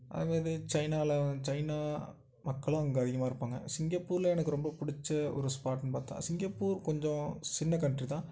அதுமாதிரி சைனாவில சைனா மக்களும் அங்கே அதிகமாக இருப்பாங்க சிங்கப்பூர்ல எனக்கு ரொம்ப பிடிச்ச ஒரு ஸ்பாட்னு பார்த்தா சிங்கப்பூர் கொஞ்சம் சின்ன கன்ட்ரி தான்